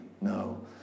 no